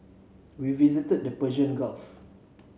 we visited the Persian Gulf